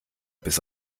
bis